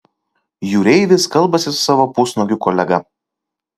jūreivis kalbasi su savo pusnuogiu kolega